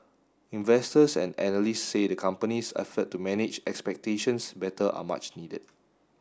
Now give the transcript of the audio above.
investors and analysts say the company's effort to manage expectations better are much needed